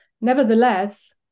Nevertheless